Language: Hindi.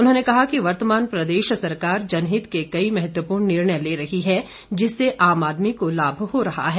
उन्होंने कहा कि वर्तमान प्रदेश सरकार जनहित में कई महत्वपूर्ण निर्णय ले रही है जिससे आम आदमी को लाभ हो रहा है